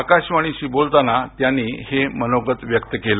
आकाशवाणीशी बोलताना त्यांनी हे मनोगत व्यक्त केलं